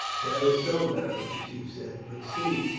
that is so, beric, the chief said but see!